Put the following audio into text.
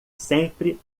sempre